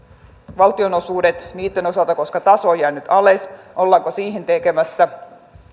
valtionosuudet niiden osalta koska taso on jäänyt alas ollaanko siihen tekemässä